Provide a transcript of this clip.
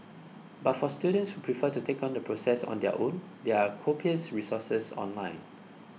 but for students who prefer to take on the process on their own there are copious resources online